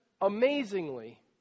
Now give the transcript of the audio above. amazingly